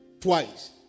twice